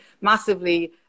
massively